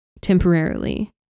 temporarily